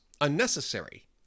unnecessary